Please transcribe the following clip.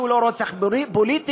שזה לא רצח פוליטי,